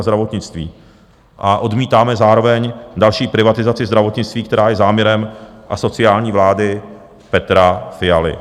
A odmítáme zároveň další privatizaci zdravotnictví, která je záměrem asociální vlády Petra Fialy.